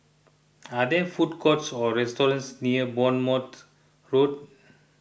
are there food courts or restaurants near Bournemouth Road